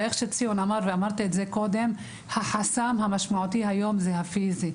וכמו שציון אמר, החסם המשמעותי היום הוא פיזי,